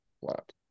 Flat